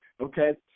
okay